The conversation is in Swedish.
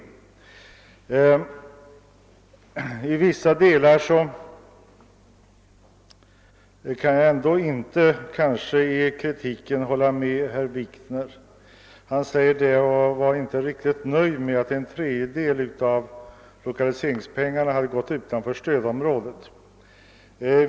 Men i vissa delar kan jag inte hålla med herr Wikner i hans kritik. Han var inte riktigt nöjd med att en tredjedel av lokaliseringspengarna gått till orter utanför stödområdet.